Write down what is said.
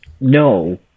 No